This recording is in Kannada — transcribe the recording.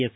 ಎಸ್